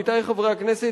עמיתי חברי הכנסת,